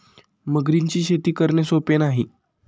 मगरींची शेती करणे सोपे नाही